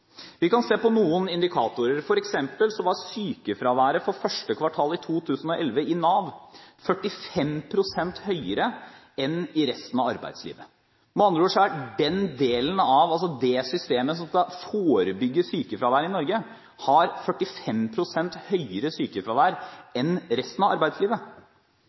Vi kan se på noen indikatorer. For eksempel var sykefraværet i Nav for første kvartal i 2011 45 pst. høyere enn i resten av arbeidslivet. Med andre ord har den delen av det systemet som skal forebygge sykefravær i Norge, 45 pst. høyere sykefravær enn resten av arbeidslivet.